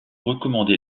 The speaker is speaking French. recommandé